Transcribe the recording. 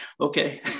Okay